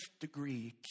degree